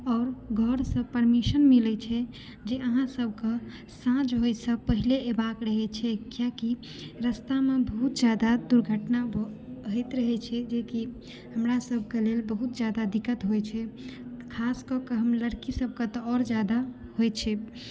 आओर घरसँ परमिशन मिलै छै जे आहाँ सब कऽ साँझ होइसँ पहिले अएबाक रहै छै कियाकि रस्ता मे बहुत जादा दुर्घटना होइत रहै छै जेकि हमरा सब के लेल बहुत जादा दिक्कत होइ छै खास कऽ कऽ हम लड़की सब के तऽ आओर जादा होइ छै